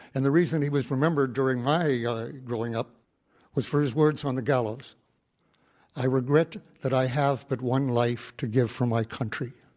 and the reason he was remembered during my yeah growing up was for his words on the gallows i regret that i have but one life to give for my country.